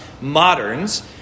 moderns